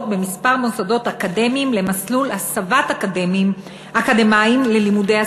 בכמה מוסדות אקדמיים למסלול הסבת אקדמאים ללימודי הסיעוד.